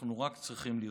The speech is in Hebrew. אנחנו רק צריכים לרצות.